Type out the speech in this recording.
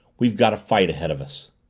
we've got a fight ahead of us!